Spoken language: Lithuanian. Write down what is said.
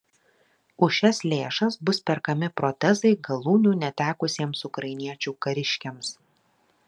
už šias lėšas bus perkami protezai galūnių netekusiems ukrainiečių kariškiams